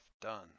done